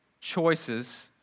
choices